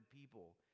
people